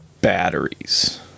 batteries